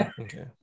Okay